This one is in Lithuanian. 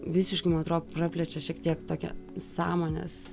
visiškai man atrodo praplečia šiek tiek tokią sąmonės